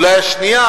אולי השנייה,